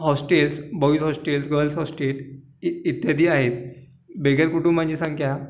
hostels boys hostel girls hostel इत्यादी आहेत बेघर कुटुंबांची संख्या